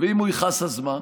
ואם הוא יכעס, אז מה?